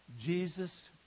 Jesus